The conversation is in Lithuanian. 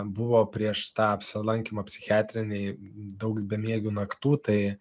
buvo prieš tą apsilankymą psichiatrinėj daug bemiegių naktų tai